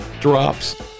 drops